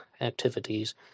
activities